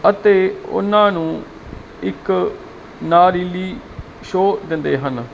ਅਤੇ ਉਨਾਂ ਨੂੰ ਇੱਕ ਨਾਰੀਲੀ ਸ਼ੋਅ ਦਿੰਦੇ ਹਨ